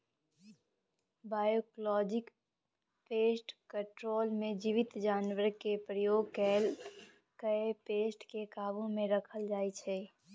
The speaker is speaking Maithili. बायोलॉजिकल पेस्ट कंट्रोल मे जीबित जानबरकेँ प्रयोग कए पेस्ट केँ काबु मे राखल जाइ छै